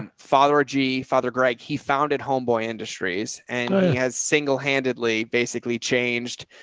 um father g father greg. he founded homeboy industries and he has, single-handedly basically changed,